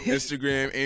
Instagram